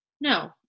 No